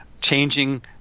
changing